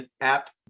app